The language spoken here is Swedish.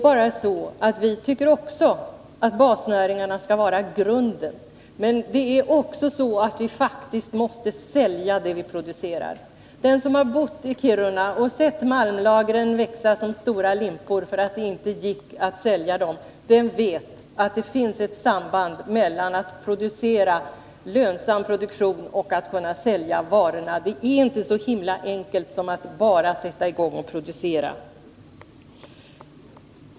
Ja, vi tycker också att basnäringarna skall vara grunden, men vi måste faktiskt också sälja det vi producerar. Den som bott i Kiruna och sett malmlagren växa som stora limpor, därför att det inte gick att sälja malmen, vet att det finns ett samband mellan lönsam produktion och att kunna sälja varorna. Det är inte så enkelt som att bara sätta i gång och producera!